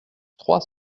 trois